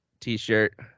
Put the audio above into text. t-shirt